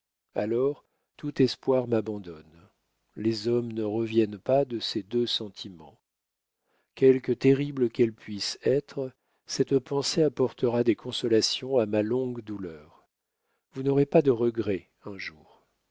alors tout espoir m'abandonne les hommes ne reviennent pas de ces deux sentiments quelque terrible qu'elle puisse être cette pensée apportera des consolations à ma longue douleur vous n'aurez pas de regrets un jour